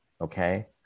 okay